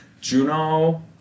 Juno